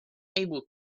able